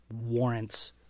warrants